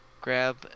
grab